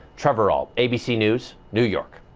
trevor ault abc news, new york.